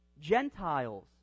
Gentiles